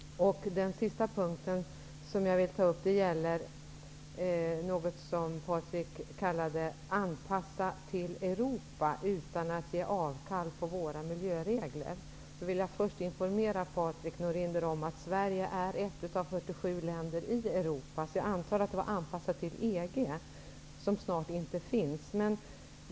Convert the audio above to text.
Den sista punkt jag vill ta upp gäller något som Patrik Norinder kallade att ''anpassa till Europa utan att ge avkall på våra miljöregler''. Jag vill först informera Patrik Norinder om att Sverige är ett av 47 länder i Europa. Jag antar att det gällde en anpassning till EG, som snart inte finns.